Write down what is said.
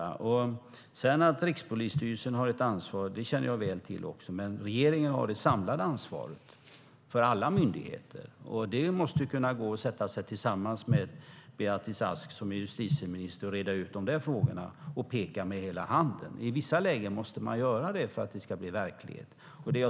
Jag känner mycket väl till att Rikspolisstyrelsen har ett ansvar, men regeringen har det samlade ansvaret för alla myndigheter. Det måste gå att sätta sig tillsammans med justitieminister Beatrice Ask och reda ut dessa frågor och peka med hela handen. I vissa lägen måste man göra det för att något ska bli verklighet.